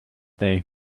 day